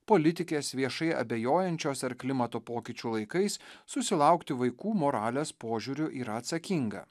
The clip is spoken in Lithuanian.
politikės viešai abejojančios ar klimato pokyčių laikais susilaukti vaikų moralės požiūriu yra atsakinga